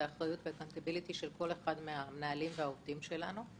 האחריות של כל אחד מהמנהלים והעובדים שלנו.